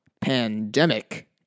Pandemic